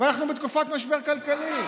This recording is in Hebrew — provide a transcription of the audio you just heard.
ואנחנו בתקופת משבר כלכלי.